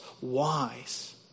wise